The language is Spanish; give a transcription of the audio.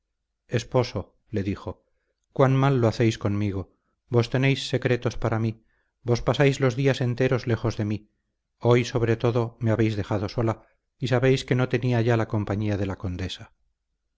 esposo le dijo cuán mal lo hacéis conmigo vos tenéis secretos para mí vos pasáis los días enteros lejos de mí hoy sobre todo me habéis dejado sola y sabéis que no tenía ya la compañía de la condesa